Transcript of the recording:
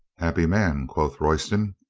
happy man! quoth royston.